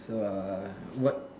so err what